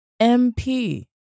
MP